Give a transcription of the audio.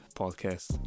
podcast